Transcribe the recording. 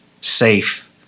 safe